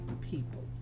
people